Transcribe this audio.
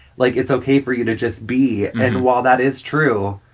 like, it's ok for you to just be. and while that is true,